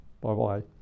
Bye-bye